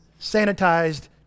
sanitized